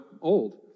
old